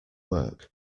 work